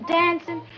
dancing